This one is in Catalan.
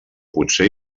potser